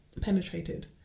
penetrated